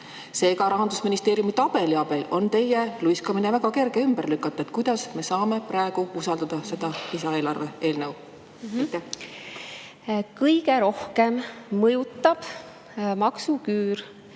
Seega, Rahandusministeeriumi tabeli abil on teie luiskamist väga kerge ümber lükata. Kuidas me saame praegu usaldada seda lisaeelarve eelnõu? Kõige rohkem mõjutab maksuküür